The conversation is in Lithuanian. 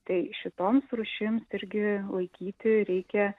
tai šitoms rūšims irgi laikyti reikia